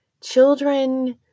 children